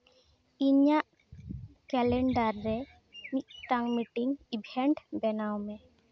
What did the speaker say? ᱤᱧᱟᱹᱜ ᱠᱮᱞᱮᱱᱰᱟᱨ ᱨᱮ ᱢᱤᱫᱴᱟᱝ ᱢᱤᱴᱤᱝ ᱤᱵᱷᱮᱱᱴ ᱠᱚᱨᱟᱣ ᱢᱮ